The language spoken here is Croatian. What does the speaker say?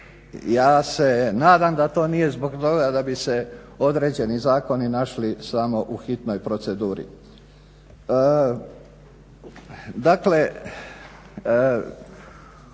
Ja se nadam da to nije zbog toga da bi se određeni zakoni našli samo u hitnoj proceduri.